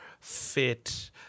fit